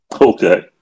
Okay